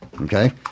okay